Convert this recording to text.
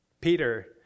Peter